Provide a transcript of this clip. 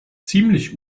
ziemlich